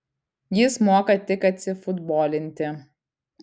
jis moka tik atsifutbolinti